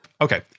Okay